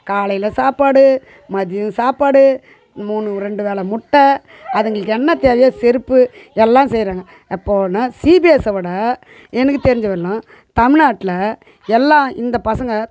காலைல சாப்பாடு மதியம் சாப்பாடு மூணு ரெண்டு வேலை முட்டை அதுங்களுக்கு என்ன தேவையோ செருப்பு எல்லாம் செய்யறாங்க அப்போனா சி பி எஸ்ஸை விட எனக்கு தெரிஞ்சவர்ளும் தமில்நாட்டில் எல்லாம் இந்த பசங்க